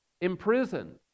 imprisoned